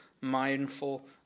mindful